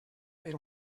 per